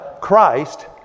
Christ